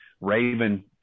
Raven